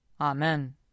Amen